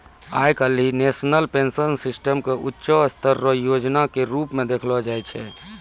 आइ काल्हि national pension system के ऊंचों स्तर रो योजना के रूप मे देखलो जाय छै